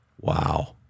Wow